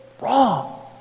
wrong